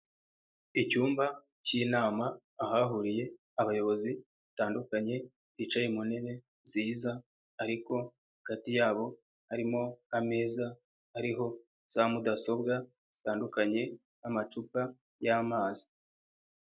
Icyumba cy'inama ahahuriye abayobozi batandukanye bicaye mu ntebe nziza ariko hagati yabo harimo akameza hariho za mudasobwa zitandukanye n'amacupa y'amazi.